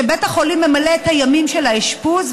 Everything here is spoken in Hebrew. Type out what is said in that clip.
שבית החולים ממלא את הימים של האשפוז,